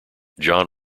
john